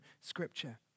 scripture